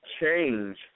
change